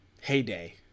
heyday